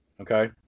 okay